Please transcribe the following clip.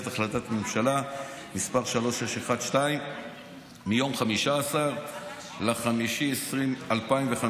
החלטת ממשלה מס' 3612 מיום 15 במאי 2005,